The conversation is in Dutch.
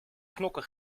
knokke